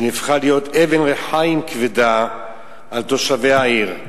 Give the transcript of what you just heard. שהפכה להיות אבן רחיים כבדה על תושבי העיר,